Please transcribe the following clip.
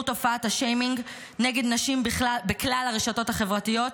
תופעת השיימינג נגד נשים בכלל הרשתות החברתיות.